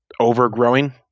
overgrowing